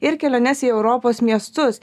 ir keliones į europos miestus